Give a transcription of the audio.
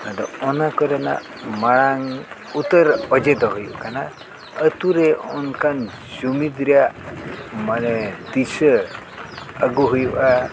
ᱟᱫᱚ ᱚᱱᱟ ᱠᱚᱨᱮᱱᱟᱜ ᱢᱟᱲᱟᱝ ᱩᱛᱟᱹᱨ ᱚᱡᱮ ᱫᱚ ᱦᱩᱭᱩᱜ ᱠᱟᱱᱟ ᱟᱛᱳᱨᱮ ᱚᱱᱠᱟᱱ ᱡᱩᱢᱤᱫ ᱨᱮᱭᱟᱜ ᱢᱟᱱᱮ ᱫᱤᱥᱟᱹ ᱟᱹᱜᱩ ᱦᱩᱭᱩᱜᱼᱟ